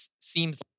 seems